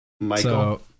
Michael